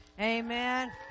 Amen